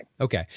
Okay